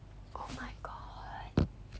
oh my god